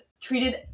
treated